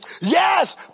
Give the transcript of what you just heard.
yes